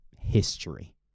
history